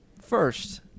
first